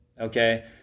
Okay